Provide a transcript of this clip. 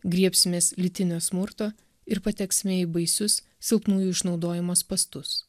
griebsimės lytinio smurto ir pateksime į baisius silpnųjų išnaudojimo spąstus